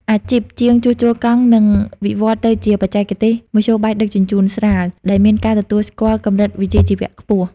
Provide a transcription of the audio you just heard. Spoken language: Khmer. អាជីពជាងជួសជុលកង់នឹងវិវត្តទៅជា "បច្ចេកទេសមធ្យោបាយដឹកជញ្ជូនស្រាល" ដែលមានការទទួលស្គាល់កម្រិតវិជ្ជាជីវៈខ្ពស់។